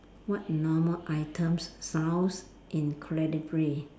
what normal item sounds incredibly